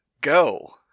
go